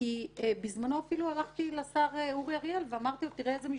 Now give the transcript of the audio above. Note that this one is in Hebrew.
בזמנו הלכתי לשר אורי אריאל ואמרתי: תראה איזה משפחה,